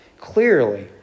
Clearly